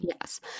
Yes